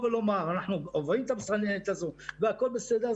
ואנחנו עוברים את המסננת הזאת והכול בסדר,